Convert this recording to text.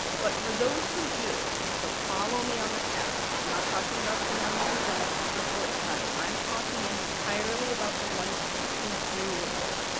but for those who do, so, follow me on the path, i'm not talking about the ones who don't report tonight, i'm talking entirely about the ones who do report.